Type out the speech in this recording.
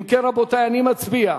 אם כן, רבותי, אני מצביע,